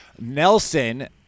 Nelson